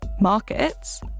markets